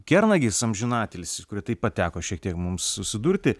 kernagis amžinatilsį su kuriuo taip pat teko šiek tiek mums susidurti